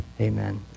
Amen